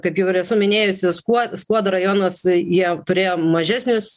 kaip jau ir esu minėjusi skuo skuodo rajonas jie turėjo mažesnis